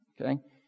okay